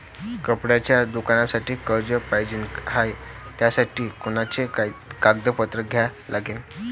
कपड्याच्या दुकानासाठी कर्ज पाहिजे हाय, त्यासाठी कोनचे कागदपत्र द्या लागन?